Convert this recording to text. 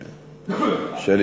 שלי,